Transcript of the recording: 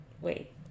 wait